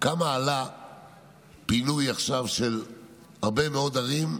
כמה עלה עכשיו פינוי של הרבה מאוד ערים,